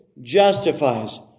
justifies